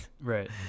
Right